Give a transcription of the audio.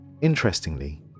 Interestingly